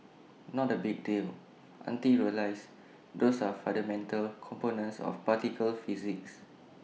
not A big deal until you realise those are fundamental components of particle physics